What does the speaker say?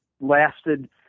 lasted